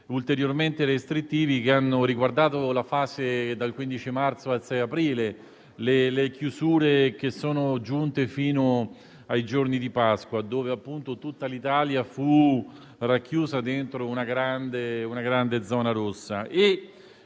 ulteriormente restrittivi che hanno riguardato la fase dal 15 marzo al 6 aprile e le chiusure che si sono protratte fino ai giorni di Pasqua, quando tutta l'Italia fu chiusa all'interno di una grande zona rossa.